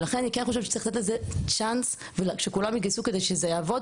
ולכן אני כן חושבת שצריך לתת צ'אנס ושכולם יתגייסו כדי שזה יעבוד.